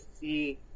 see